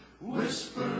whisper